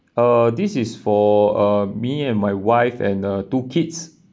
uh this is for uh me and my wife and uh two kids